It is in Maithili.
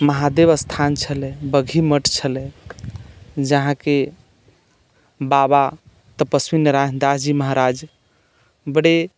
महादेव स्थान छलै बगही मठ छलै जहाँकि बाबा तपस्वी नारायण दासजी महाराज बड़े